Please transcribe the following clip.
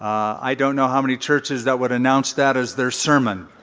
i don't know how many churches that would announce that as their sermon,